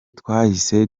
twahise